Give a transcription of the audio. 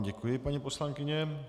Děkuji vám, paní poslankyně.